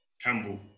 Campbell